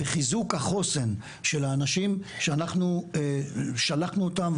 בחיזור החוסן של האנשים שאנחנו שלחנו אותם,